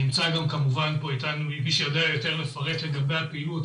נמצא גם כמובן פה אתנו מי שיודע יותר לפרט לגבי הפעילות,